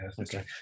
Okay